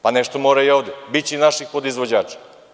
Pa, nešto mora i ovde, biće naših podizvođača.